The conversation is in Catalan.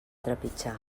trepitjar